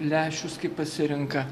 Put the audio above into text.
lęšius kaip pasirenka